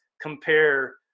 compare